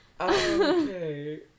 Okay